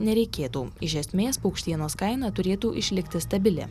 nereikėtų iš esmės paukštienos kaina turėtų išlikti stabili